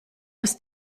ist